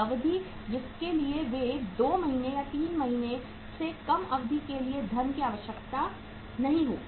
अवधि जिसके लिए वे 2 महीने या 3 महीने से कम अवधि के लिए धन की आवश्यकता नहीं होगी